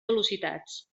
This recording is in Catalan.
velocitats